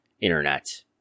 internet